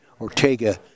Ortega